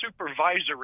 supervisory